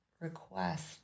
request